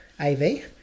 AV